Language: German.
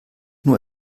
nur